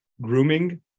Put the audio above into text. grooming